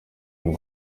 ngo